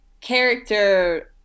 character